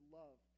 love